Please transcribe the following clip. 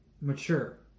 mature